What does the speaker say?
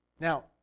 Now